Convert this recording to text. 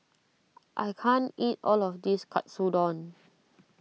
I can't eat all of this Katsudon